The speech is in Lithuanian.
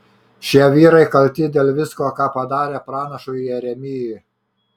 šie vyrai kalti dėl visko ką padarė pranašui jeremijui